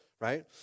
right